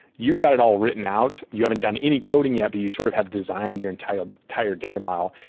you've got it all written out. you haven't done any coding. yeah but you sort of have designed your entire entire data model.